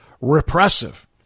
repressive